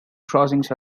crossings